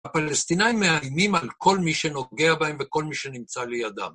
הפלסטינאים מאיימים על כל מי שנוגע בהם וכל מי שנמצא לידם.